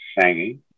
singing